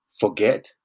forget